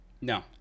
No